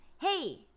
Hey